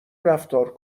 رفتار